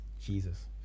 Jesus